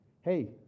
Hey